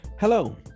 Hello